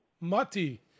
Mati